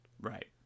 Right